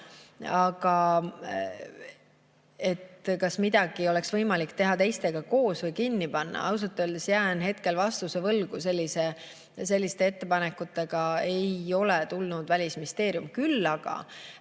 Aga kas midagi oleks võimalik teha teistega koos või kinni panna? Ausalt öeldes jään hetkel vastuse võlgu, selliste ettepanekutega ei ole Välisministeerium tulnud. Küll aga